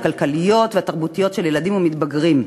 הכלכליות והתרבותיות של ילדים ומתבגרים.